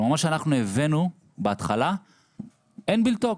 כלומר מה שאנחנו הבאנו בהתחלה אין בלתו,